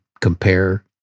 compare